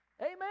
Amen